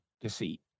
deceit